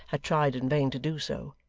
had tried in vain to do so,